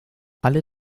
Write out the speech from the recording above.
alle